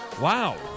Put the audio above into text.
Wow